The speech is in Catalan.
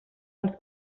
els